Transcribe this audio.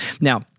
Now